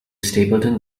stapleton